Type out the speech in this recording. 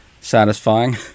satisfying